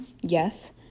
Yes